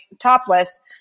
topless